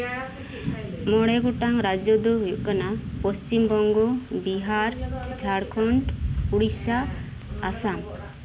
ᱢᱚᱬᱮ ᱜᱚᱴᱟᱝ ᱨᱟᱡᱡᱚ ᱫᱚ ᱦᱩᱭᱩᱜ ᱠᱟᱱᱟ ᱯᱚᱥᱪᱷᱤᱢᱵᱚᱝᱜᱚ ᱵᱤᱦᱟᱨ ᱡᱷᱟᱲᱠᱷᱚᱸᱰ ᱩᱲᱤᱥᱥᱟ ᱟᱥᱟᱢ